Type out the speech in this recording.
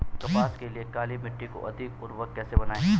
कपास के लिए काली मिट्टी को अधिक उर्वरक कैसे बनायें?